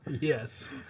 Yes